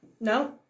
no